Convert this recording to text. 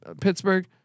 Pittsburgh